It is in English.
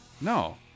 No